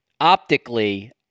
optically